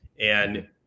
and-